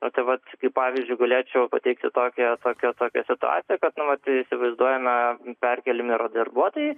o tai vat pavyzdžiui galėčiau pateikti tokią tokią tokią situaciją kad nu vat įsivaizduojame perkeliami yra darbuotojai